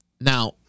Now